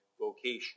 vocation